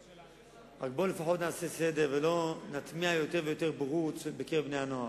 רק בואו לפחות נעשה סדר ולא נטמיע יותר ויותר בורות בקרב בני-הנוער.